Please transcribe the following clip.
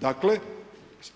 Dakle